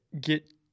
get